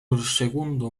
segundo